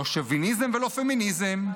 לא שוביניזם ולא פמיניזם,